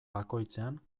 bakoitzean